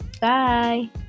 Bye